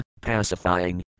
pacifying